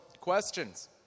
questions